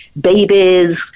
babies